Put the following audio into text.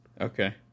okay